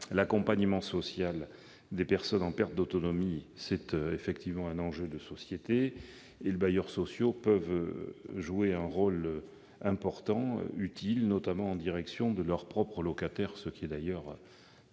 l'accompagnement social des personnes en perte d'autonomie est effectivement un enjeu de société. Les bailleurs sociaux peuvent jouer un rôle important, notamment en direction de leurs propres locataires, ce qui est d'ailleurs